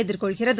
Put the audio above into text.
எதிர்கொள்கிறது